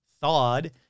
thawed